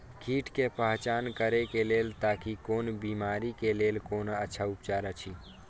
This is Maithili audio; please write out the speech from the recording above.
कीट के पहचान करे के लेल ताकि कोन बिमारी के लेल कोन अच्छा उपचार अछि?